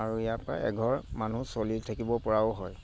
আৰু ইয়াৰ পৰা এঘৰ মানুহ চলি থাকিব পৰাও হয়